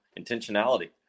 intentionality